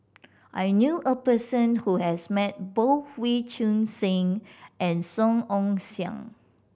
I knew a person who has met both Wee Choon Seng and Song Ong Siang